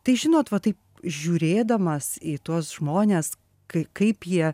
tai žinot va taip žiūrėdamas į tuos žmones kai kaip jie